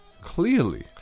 Clearly